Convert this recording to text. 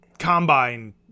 Combine